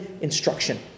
instruction